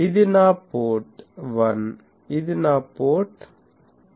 ఇది నా పోర్ట్ 1 ఇది నా పోర్ట్ 2